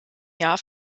jahr